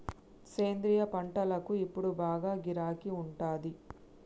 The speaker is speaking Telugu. సేంద్రియ పంటలకు ఇప్పుడు బాగా గిరాకీ ఉండాది